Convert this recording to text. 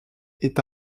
est